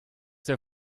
der